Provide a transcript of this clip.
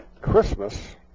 Christmas